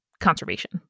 conservation